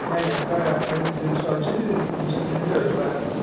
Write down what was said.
ଆଜ୍ଞା ଆଜ୍ଞା ପୁରା ଫ୍ରେସ ଜିନିଷ ଅଛି ତିନି ଚାରିଦିନ ବି ରହିଯିବ ଆରାମ ସେ